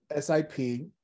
SIP